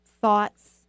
thoughts